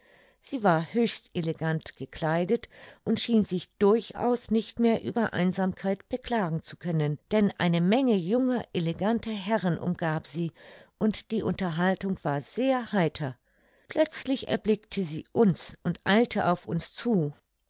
sie war höchst elegant gekleidet und schien sich durchaus nicht mehr über einsamkeit beklagen zu können denn eine menge junger eleganter herren umgab sie und die unterhaltung war sehr heiter plötzlich erblickte sie uns und eilte auf uns zu